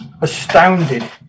astounded